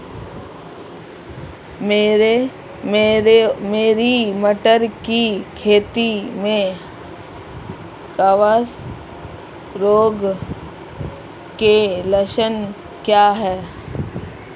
मेरी मटर की खेती में कवक रोग के लक्षण क्या हैं?